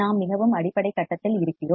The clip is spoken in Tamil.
நாம் மிகவும் அடிப்படை கட்டத்தில் இருக்கிறோம்